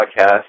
podcast